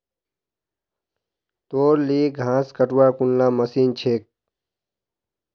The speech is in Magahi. तोर ली घास कटवार कुनला मशीन छेक